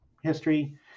history